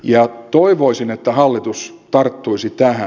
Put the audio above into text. ja toivoisin että hallitus tarttuisi tähän